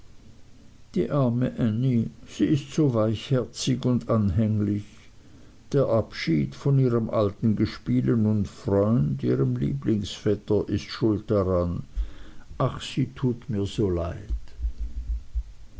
die arme ännie sie ist so weichherzig und anhänglich der abschied von ihrem alten gespielen und freund ihrem lieblingsvetter ist schuld daran ach sie tut mir so sehr leid